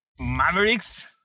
Mavericks